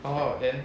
然后 then